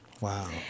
Wow